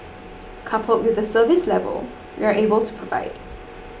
coupled with the service level we are able to provide